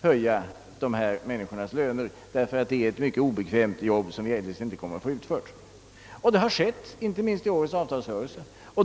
höja dessa människors löner, därför att det är ett mycket otacksamt arbete som vi eljest inte kommer att få utfört. Det har skett, inte minst i årets avtalsrörelse.